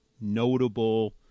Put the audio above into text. notable